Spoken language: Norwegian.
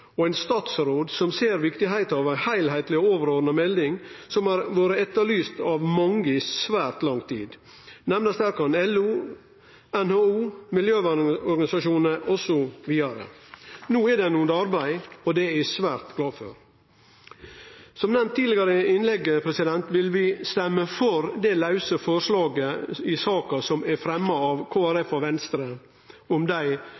og ein statsråd som ser viktigheita av ei heilskapleg og overordna melding, som har vore etterlyst av mange i svært lang tid. Nemnast her kan LO, NHO, miljøvernorganisasjonar osv. No er det under arbeid, og det er eg svært glad for. Som nemnt i innlegget tidlegare vil vi stemme for det lause forslaget i saka, som er fremja av Kristelig Folkeparti og Venstre, om dei